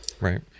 right